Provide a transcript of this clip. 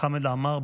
חמד עמאר,